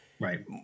Right